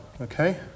Okay